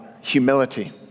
humility